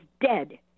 dead